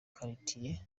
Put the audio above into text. karitiye